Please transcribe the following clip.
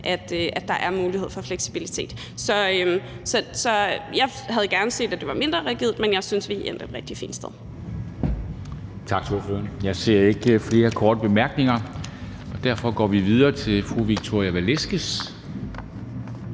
at der er mulighed for fleksibilitet. Så jeg havde gerne set, at det var mindre rigidt, men jeg synes, at vi er endt et rigtig fint sted.